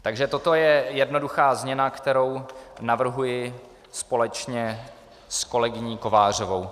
Takže toto je jednoduchá změna, kterou navrhuji společně s kolegyní Kovářovou.